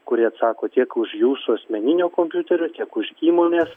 kuri atsako tiek už jūsų asmeninio kompiuterio tiek už įmonės